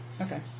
Okay